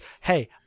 hey